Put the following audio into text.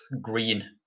green